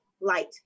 light